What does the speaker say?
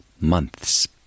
months